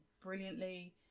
brilliantly